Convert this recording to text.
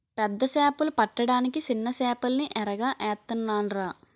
పెద్ద సేపలు పడ్డానికి సిన్న సేపల్ని ఎరగా ఏత్తనాన్రా